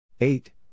Eight